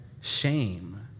shame